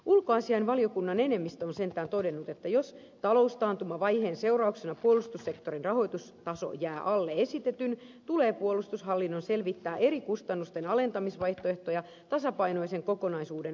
ulkoasiainvaliokunnan enemmistö on sentään todennut että jos taloustaantumavaiheen seurauksena puolustussektorin rahoitustaso jää alle esitetyn tulee puolustushallinnon selvittää eri kustannusten alentamisvaihtoehtoja tasapainoisen kokonaisuuden varmistamiseksi